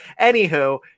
Anywho